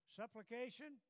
supplication